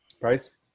Price